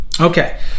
Okay